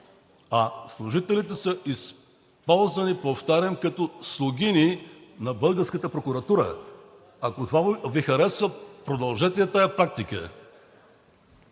а служителите са използвани, повтарям, като слугини на българската прокуратура. Ако това Ви харесва, продължете я тази практика.